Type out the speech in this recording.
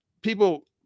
people